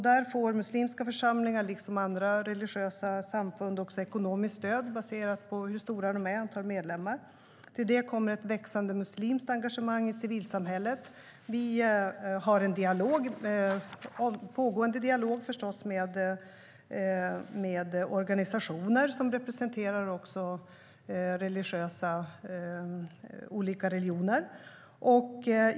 Där får muslimska församlingar liksom andra religiösa samfund ekonomiskt stöd baserat på hur stora de är i antal medlemmar. Till det kommer ett växande muslimskt engagemang i civilsamhället. Vi har förstås en pågående dialog med organisationer som representerar olika religioner.